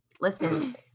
listen